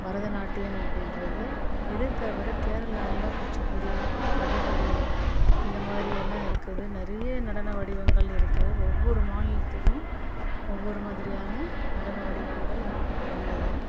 பரதநாட்டியம் அப்படின்றது இதை தவிர கேரளாவில் குச்சிப்புடி கதகளி இந்த மாதிரி எல்லாம் இருக்குது நிறைய நடன வடிவங்கள் இருக்குது ஒவ்வொரு மாநிலத்துக்கும் ஒவ்வொரு மாதிரியான நடன வடிவங்கள் உள் உள்ளது